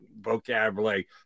vocabulary